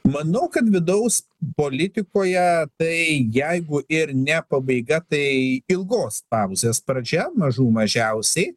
manau kad vidaus politikoje tai jeigu ir ne pabaiga tai ilgos pauzės pradžia mažų mažiausiai